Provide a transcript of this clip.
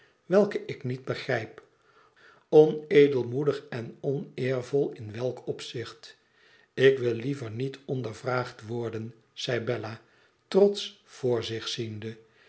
welke ik niet begrijp onedelmoedig en oneervol in welk opzicht ik wil liever niet ondervraagd worden zei bella trotsch voor zich ziende